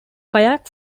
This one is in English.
kayak